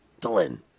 Dylan